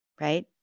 right